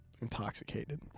intoxicated